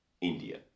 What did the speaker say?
India